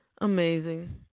Amazing